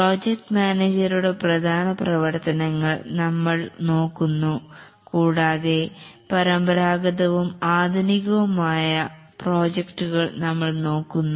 project മാനേജരുടെ പ്രധാന പ്രവർത്തനങ്ങൾ നമ്മൾ നോക്കുന്നു കൂടാതെ പരമ്പരാഗതവും ആധുനികവുമായ പ്രോജക്റ്റുകൾ നമ്മൾ നോക്കുന്നു